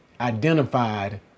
identified